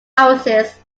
houses